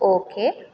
okay